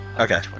Okay